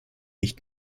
nicht